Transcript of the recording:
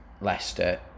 Leicester